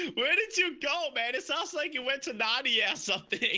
where did you go man? it sounds like you went to nadia something?